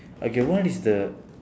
okay what is the